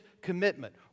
commitment